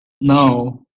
Now